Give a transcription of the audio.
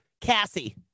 Cassie